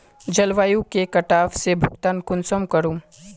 जलवायु के कटाव से भुगतान कुंसम करूम?